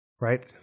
Right